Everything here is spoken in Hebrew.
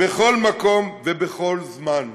בכל מקום ובכל זמן.